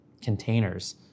containers